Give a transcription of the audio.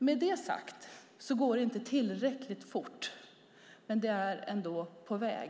Med detta sagt vill jag framhålla att det inte går tillräckligt fort, men det är ändå på väg.